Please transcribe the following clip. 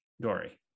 Dory